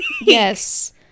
Yes